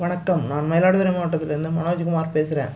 வணக்கம் நான் மயிலாடுதுறை மாவட்டத்துலேருந்து மனோஜுகுமார் பேசுகிறேன்